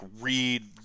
read